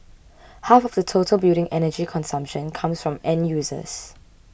half of the total building energy consumption comes from end users